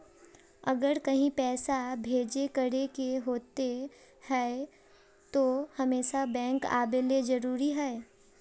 अगर कहीं पैसा भेजे करे के होते है तो हमेशा बैंक आबेले जरूरी है?